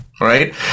Right